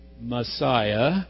Messiah